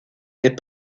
est